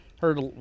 heard